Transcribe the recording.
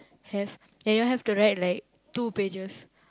have then you have to write like two pages